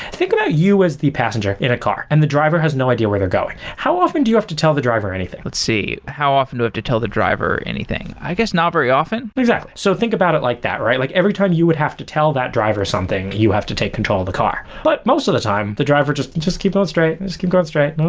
think about you as the passenger in a car and the driver has no idea where they're going. how often do you have to tell the driver anything? let's see. how often to have to tell the driver anything? i guess not very often exactly. so think about it like that, right? like every time you would have to tell that driver something, you have to take control of the car, but most of the time the driver just just keep on straight, and just keep going straight,